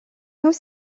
tous